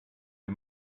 wir